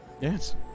yes